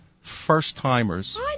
first-timers